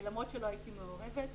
למרות שלא הייתי מעורבת.